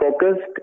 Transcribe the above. focused